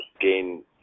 gain